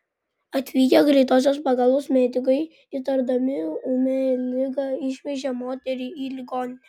atvykę greitosios pagalbos medikai įtardami ūmią ligą išvežė moterį į ligoninę